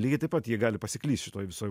lygiai taip pat jie gali pasiklyst šitoj visoj